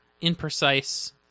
imprecise